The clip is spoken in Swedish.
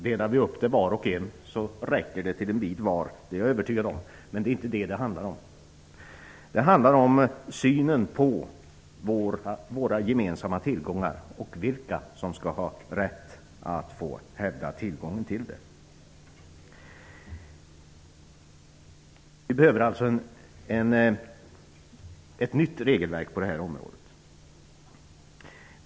Delar vi upp dem räcker det till en bit var -- det är jag övertygad om. Det är inte det som det handlar om. Det handlar om synen på våra gemensamma tillgångar och på vilka som skall ha rätt att hävda tillgången till dem. Vi behöver alltså ett nytt regelverk på området.